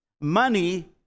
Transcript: money